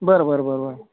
बरं बरं बरं बरं